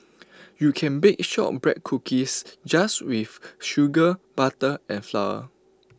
you can bake Shortbread Cookies just with sugar butter and flour